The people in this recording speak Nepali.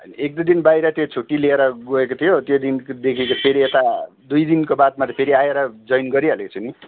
एक दुई दिन बाहिर त्यो छुट्टि लिएर गएको थियो त्यो दिनदेखिको फेरि यता दुई दिनको बादमा त फेरि आएर जोइन गरि हालेको छु नि